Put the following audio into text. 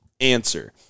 answer